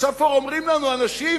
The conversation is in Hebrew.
עכשיו כבר אומרים לנו אנשים,